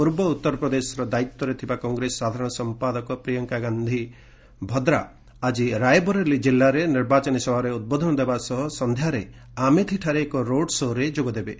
ପୂର୍ବ ଉତ୍ତରପ୍ରଦେଶର ଦାୟିତ୍ୱରେ ଥିବା କଂଗ୍ରେସ ସାଧାରଣ ସମ୍ପାଦକ ପ୍ରିୟଙ୍କାଗାନ୍ଧୀ ଭାଦ୍ରା ଆକି ରାଇବରେଲି ଜିଲ୍ଲାରେ ନିର୍ବାଚନୀ ସଭାରେ ଉଦ୍ବୋଧନ ଦେବା ସହ ସନ୍ଧ୍ୟାରେ ଆମେଠିଠାରେ ଏକ ରୋଡଶୋ'ରେ ଯୋଗଦେବେ